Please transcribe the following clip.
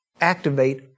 activate